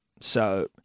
So-